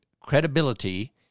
credibility